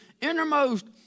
innermost